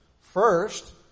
First